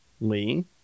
Lee